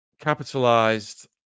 capitalized